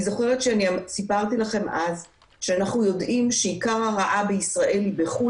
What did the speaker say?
אז את מכירה קצת,